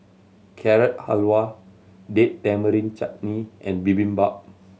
Carrot Halwa Date Tamarind Chutney and Bibimbap